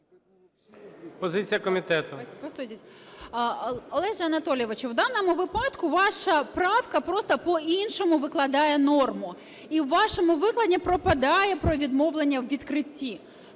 Олеже Анатолійовичу, в даному випаду ваша правка просто по-іншому викладає норму. І у вашому викладенні пропадає про відмовлення у відкритті.